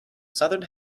southern